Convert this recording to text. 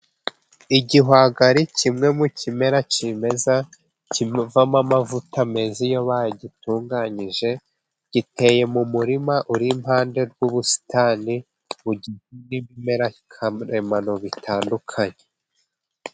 Igihwagari kimwe mu kimera kimeza, kinavamo amavuta meza iyo bagitunganyije. Giteye mu murima uri impande y'ubusitani, n'ibimera karemano bitandukanye.